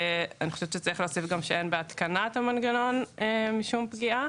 ואני חושבת שצריך להוסיף שגם בהתקנת המנגנון אין משום פגיעה